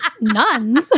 Nuns